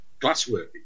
glassworking